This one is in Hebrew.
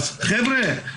אז חבר'ה,